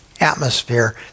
atmosphere